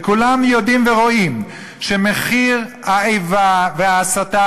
וכולם יודעים ורואים שמחיר האיבה וההסתה